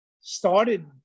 started